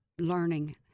learning